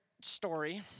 story